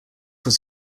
was